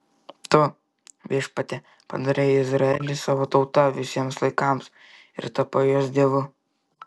tu viešpatie padarei izraelį savo tauta visiems laikams ir tapai jos dievu